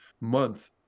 month